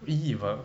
eat with a